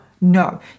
no